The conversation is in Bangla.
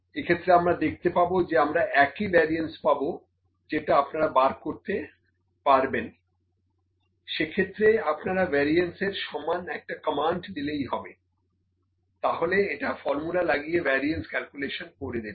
এক্ষেত্রে আমরা দেখতে পাবো যে আমরা একই ভ্যারিয়েন্স পাবো যেটা আপনারা বার করতে পারবেন সেক্ষেত্রে আপনারা ভ্যারিয়েন্স এর সমান একটা কম্যান্ড দিলেই হবে তাহলে এটা ফর্মুলা লাগিয়ে ভ্যারিয়েন্স ক্যালকুলেশন করে দেবে